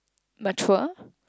mature